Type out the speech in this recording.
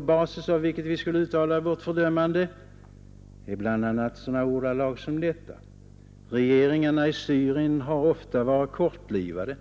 basis av det skulle vi uttala vårt fördömande, bl.a. i sådana ordalag som dessa: ”Regeringarna i Syrien har ofta varit kortlivade.